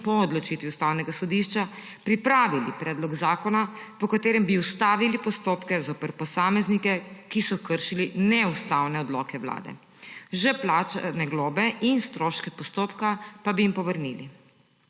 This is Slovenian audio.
po odločitvi Ustavnega sodišča pripravili predlog zakona, po katerem bi ustavili postopke zoper posameznike, ki so kršili neustavne odloke Vlade, že plačane globe in stroške postopka pa bi jim povrnili.